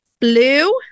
Blue